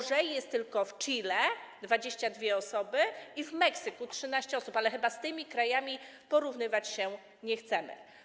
Gorzej jest tylko w Chile - 22 osoby i w Meksyku - 13 osób, ale chyba z tymi krajami porównywać się nie chcemy.